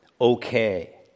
Okay